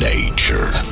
Nature